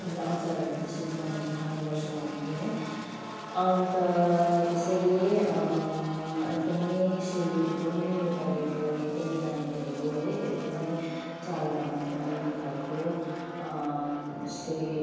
अन्त अचारहरू त्यसरी बनिएर खाने गर्छौँ हामी है अन्त त्यसैले एकदमै सेलरोटी पनि नेपालीहरूको लागि एकदमै राम्रो हो है एकदमै चाडबाडमा बनिने खालको जस्तै